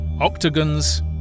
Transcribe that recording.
octagons